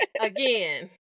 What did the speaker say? Again